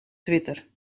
twitter